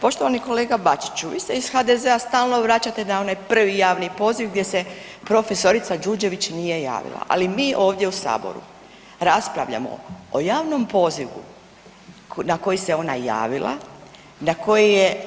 Poštovani kolega Bačiću, vi se iz HDZ-a stalno vraćate na onaj prvi javni poziv gdje se profesorica Đurđević nije javila, ali mi ovdje u Saboru raspravljamo o javnom pozivu na koji se ona javila, na koji je